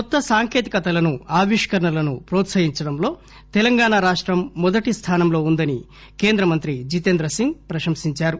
కొత్త సాంకేతికతలను ఆవిష్కరణలను ప్రోత్సహించడంలో తెలంగాణ రాష్టం మొదటిస్థానంలో వుందని కేంద్ర మంత్రి జీతేంద్రసింగ్ ప్రశంసించారు